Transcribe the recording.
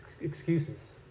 excuses